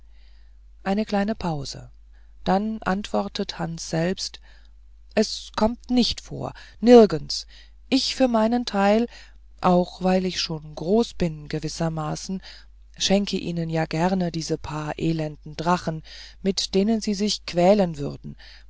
eine kleine pause dann antwortet hans selbst es kommt nicht vor nirgends ich für meinen teil auch weil ich schon groß bin gewissermaßen schenke ihnen ja gern diese paar elenden drachen mit denen sie sich quälen würden